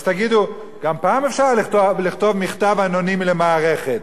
אז תגידו: גם פעם אפשר היה לכתוב מכתב אנונימי למערכת.